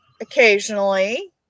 occasionally